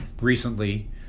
recently